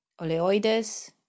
Oleoides